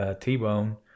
t-bone